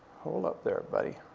hold up there, buddy.